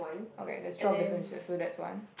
okay there's twelve differences so that's one